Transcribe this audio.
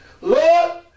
Lord